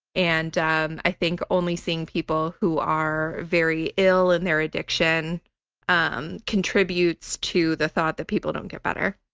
and um i think only seeing people who are very ill and their addiction um contributes to the thought that people don't get better.